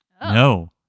No